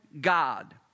God